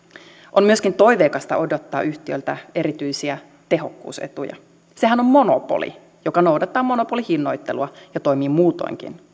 on myöskin toiveikasta odottaa yhtiöltä erityisiä tehokkuusetuja sehän on monopoli joka noudattaa monopolihinnoittelua ja toimii muutoinkin